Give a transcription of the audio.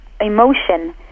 emotion